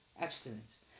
abstinence